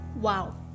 Wow